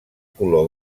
color